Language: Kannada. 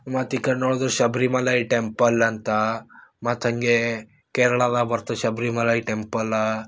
ಮತ್ತು ಈ ಕಡೆ ನೋಡದ್ರೆ ಶಬರಿಮಲೈ ಟೆಂಪಲ್ ಅಂತ ಮತ್ತು ಹಾಗೇ ಕೇರಳದಾಗ ಬರ್ತೆ ಶಬರಿಮಲೈ ಟೆಂಪಲ